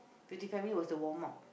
fifty five minutes was the warm up